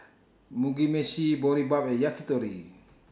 Mugi Meshi Boribap and Yakitori